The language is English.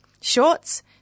Shorts